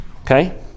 okay